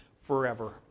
Forever